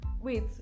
Wait